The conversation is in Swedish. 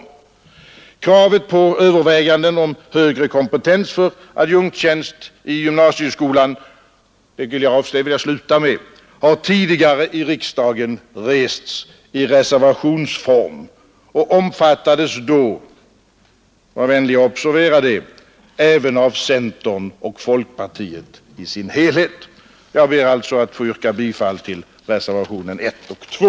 Jag vill sluta med att säga att kravet på överväganden om högre kompetens för adjunktstjänst i gymnasieskola tidigare har rests i riksdagen i reservationsform. Det omfattades då — var vänliga och observera det — även av centern och av folkpartiet i dess helhet. Jag ber alltså att få yrka bifall till reservationerna 1 och 2.